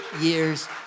years